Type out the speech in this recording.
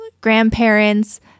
grandparents